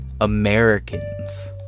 Americans